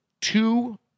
two